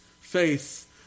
faith